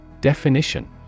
Definition